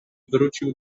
wrócił